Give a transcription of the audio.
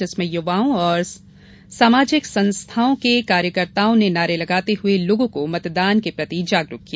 जिसमें युवाओं और सामाजिमक संस्थाओं के कार्यकर्ताओं ने नारे लगाते हुए लोगों को मतदान के प्रति जागरूक किया